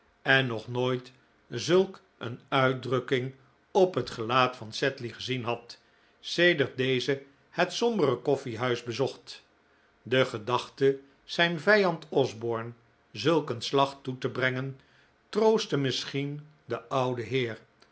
en nog nooit zulk een uitdrukking op het gelaat van sedley gezien had sedert deze het sombere koffiehuis bezocht de gedachte zijn vijand osborne zulk een slag toe te brengen troostte misschien den ouden heer